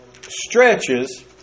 stretches